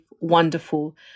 wonderful